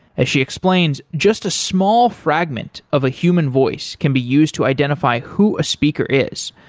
as she explains just a small fragment of a human voice can be used to identify who a speaker is.